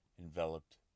enveloped